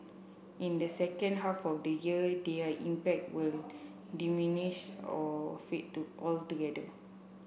in the second half of the year their impact will diminish or fade to altogether